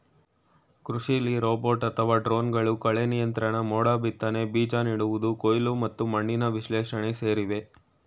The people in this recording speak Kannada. ಕೃಷಿಲಿ ರೋಬೋಟ್ ಅಥವಾ ಡ್ರೋನ್ಗಳು ಕಳೆನಿಯಂತ್ರಣ ಮೋಡಬಿತ್ತನೆ ಬೀಜ ನೆಡುವುದು ಕೊಯ್ಲು ಮತ್ತು ಮಣ್ಣಿನ ವಿಶ್ಲೇಷಣೆ ಸೇರಿವೆ